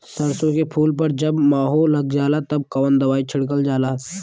सरसो के फूल पर जब माहो लग जाला तब कवन दवाई छिड़कल जाला?